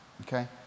Okay